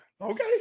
Okay